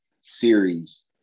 series